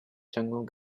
jungle